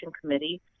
Committee